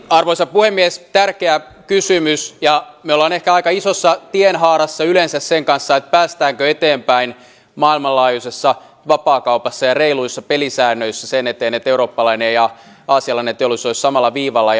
arvoisa puhemies tärkeä kysymys ja me olemme ehkä aika isossa tienhaarassa yleensä sen kanssa päästäänkö eteenpäin maailmanlaajuisessa vapaakaupassa ja reiluissa pelisäännöissä sen eteen että eurooppalainen ja aasialainen teollisuus olisivat samalla viivalla